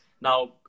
now